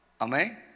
Amen